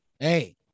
Hey